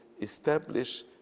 establish